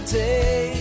day